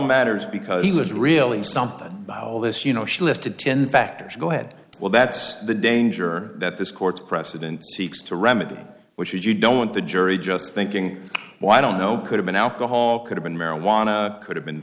matters because he was really something about all this you know she listed ten factors go ahead well that's the danger that this court's precedent seeks to remedy which is you don't want the jury just thinking why i don't know could have been alcohol could have been marijuana could have been